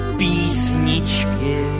písničky